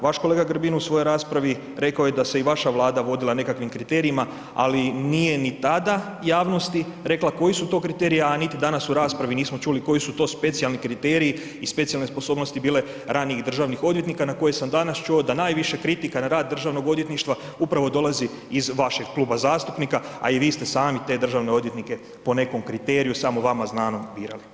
Vaš kolega Grbin u svojoj raspravi rekao je da se vaša Vlada vodila nekakvim kriterijima, ali nije ni tada javnosti rekla koji su to kriteriji a niti danas u raspravi nismo čuli koji su to specijalni kriteriji i specijalne sposobnosti bile ranijih državnih odvjetnika na koje sam danas čuo da najviše kritika na rad Državnog odvjetništva upravo dolazi iz vašeg kluba zastupnika a i vi ste sami te državne odvjetnike po nekom kriteriju samo vama znanom birali.